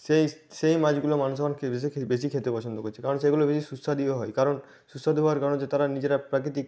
সেই সেই মাছগুলো মানুষ যখন বেশি খেতে পছন্দ করছে কারণ সেগুলো বেশি সুস্বাদুও হয় কারণ সুস্বাদু হওয়ার কারণ হচ্ছে তারা নিজেরা প্রাকৃতিক